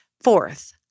Fourth